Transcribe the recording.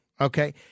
okay